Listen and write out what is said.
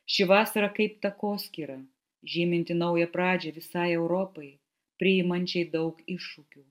ši vasara kaip takoskyra žyminti naują pradžią visai europai priimančiai daug iššūkių